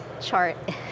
chart